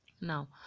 Now